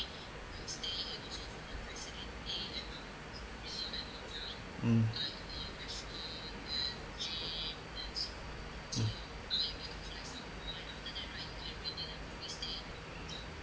mm